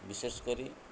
ବିଶେଷ କରି